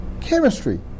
chemistry